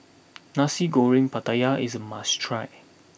Nasi Goreng Pattaya is a must try